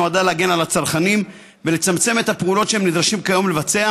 שנועדה להגן על הצרכנים ולצמצם את הפעולות שהם נדרשים כיום לבצע